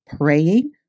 praying